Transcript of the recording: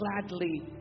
gladly